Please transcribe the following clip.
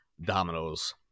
dominoes